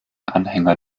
anhänger